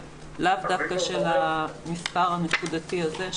לאו דווקא של המספר הנקודתי הזה,